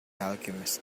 alchemist